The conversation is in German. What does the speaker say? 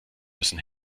müssen